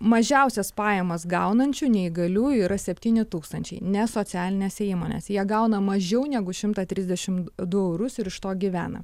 mažiausias pajamas gaunančių neįgaliųjų yra septyni tūkstančiai ne socialinės įmonės jie gauna mažiau negu šimtą trisdešim du eurus ir iš to gyvena